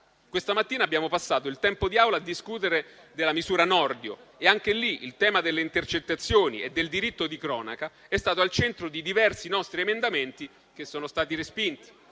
Questa mattina abbiamo passato il tempo di Aula a discutere della misura Nordio e anche in quel caso il tema delle intercettazioni e del diritto di cronaca è stato al centro di diversi nostri emendamenti che sono stati respinti.